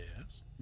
Yes